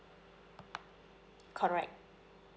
correct